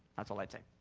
that's all i'd say.